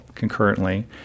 Concurrently